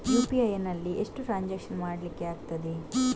UPI ನಲ್ಲಿ ಎಷ್ಟು transaction ಮಾಡ್ಲಿಕ್ಕೆ ಆಗ್ತದೆ?